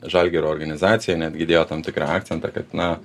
žalgirio organizacija netgi dėjo tam tikrą akcentą kad na